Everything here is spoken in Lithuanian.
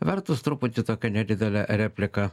vertus truputį tokia nedidelė replika